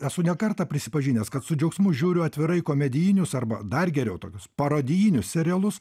esu ne kartą prisipažinęs kad su džiaugsmu žiūriu atvirai komedijinius arba dar geriau tokius parojidinius serialus